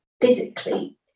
physically